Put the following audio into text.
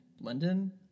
London